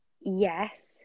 yes